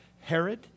Herod